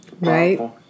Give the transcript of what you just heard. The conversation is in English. Right